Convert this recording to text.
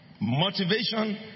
motivation